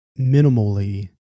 minimally